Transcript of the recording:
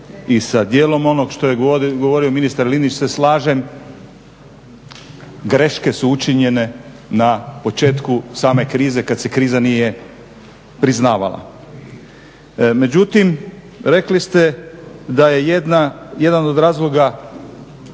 I sa dijelom onoga što je govorio ministar Linić se slažem, greške su učinjene na početku same krize kada se kriza nije priznavala. Međutim, rekli ste da je jedan od razloga